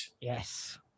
yes